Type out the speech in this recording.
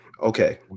okay